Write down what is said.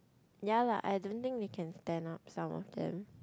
ya lah I don't think we can stand up some of them